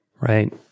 Right